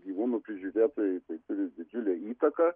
gyvūnų prižiūrėtojai tai turi didžiulę įtaką